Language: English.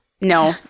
No